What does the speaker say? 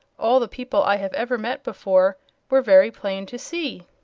all the people i have ever met before were very plain to see.